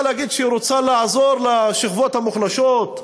להגיד שהיא רוצה לעזור לשכבות המוחלשות,